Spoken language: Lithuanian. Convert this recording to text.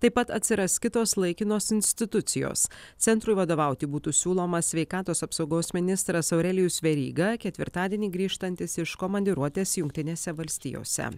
taip pat atsiras kitos laikinos institucijos centrui vadovauti būtų siūlomas sveikatos apsaugos ministras aurelijus veryga ketvirtadienį grįžtantis iš komandiruotės jungtinėse valstijose